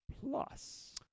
plus